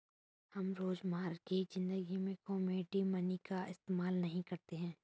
हम रोजमर्रा की ज़िंदगी में कोमोडिटी मनी का इस्तेमाल नहीं करते